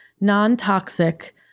non-toxic